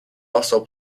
also